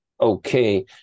okay